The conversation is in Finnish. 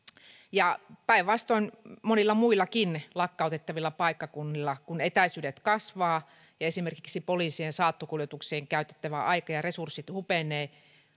päinvastoin monilla muillakin lakkautettavilla paikkakunnilla kun etäisyydet kasvavat ja esimerkiksi poliisien saattokuljetuksiin käytettävä aika ja resurssit hupenevat